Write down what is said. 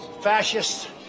Fascists